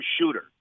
shooter